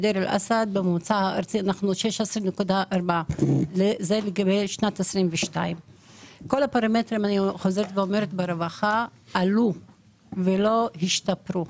ואצלנו יש 16.4% בשנת 2022. כל הפרמטרים ברווחה עלו ולא השתפרו.